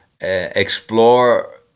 explore